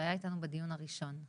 שהיה איתנו בדיון הראשון.